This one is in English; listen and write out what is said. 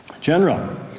General